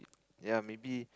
ya maybe